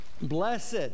Blessed